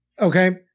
Okay